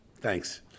thanks